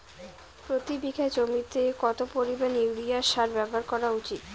প্রতি বিঘা জমিতে কত পরিমাণ ইউরিয়া সার ব্যবহার করা উচিৎ?